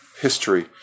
history